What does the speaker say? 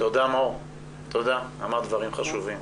תודה, אמרת דברים חשובים.